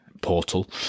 Portal